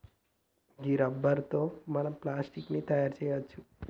గీ rubber తో మనం plastic ని తయారు చేయవచ్చు